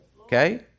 okay